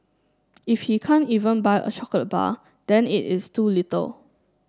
if he can't even buy a chocolate bar then it is too little